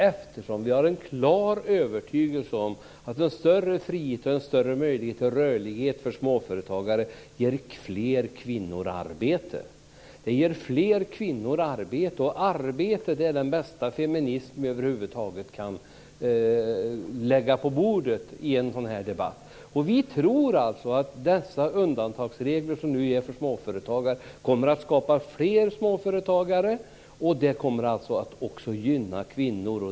Vi har nämligen en klar övertygelse om att en större frihet och en större möjlighet till rörlighet för småföretagare ger fler kvinnor arbete - och arbete är den bästa feminism vi över huvud taget kan lägga på bordet i en sådan här debatt! Vi tror alltså att de undantagsregler som nu ska gälla för småföretagare kommer att skapa fler småföretagare, och alltså också kommer att gynna kvinnor.